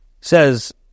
Says